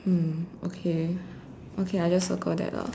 mm okay okay I just circle that lah